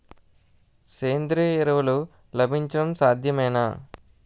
సేంద్రీయ ఎరువులు లభించడం సాధ్యమేనా?